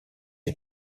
est